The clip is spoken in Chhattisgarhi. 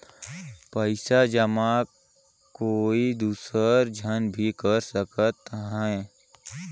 पइसा जमा कोई दुसर झन भी कर सकत त ह का?